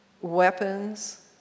weapons